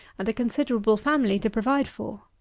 and a considerable family to provide for?